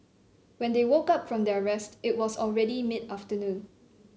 when they woke up from their rest it was already mid afternoon